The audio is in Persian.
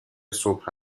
صبح